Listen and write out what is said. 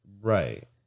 Right